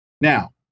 Now